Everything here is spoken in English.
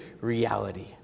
reality